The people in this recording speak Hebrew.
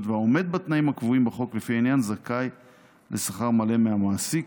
ועומד בתנאים הקבועים בחוק לפי העניין זכאי לשכר מלא מהמעסיק,